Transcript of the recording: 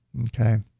Okay